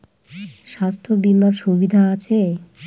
স্বাস্থ্য বিমার সুবিধা আছে?